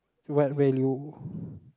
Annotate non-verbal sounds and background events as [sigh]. what will you [breath]